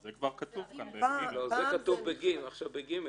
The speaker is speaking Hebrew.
זה כבר כתוב כאן ב --- זה כתוב עכשיו ב-(ג).